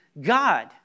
God